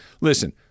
listen